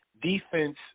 defense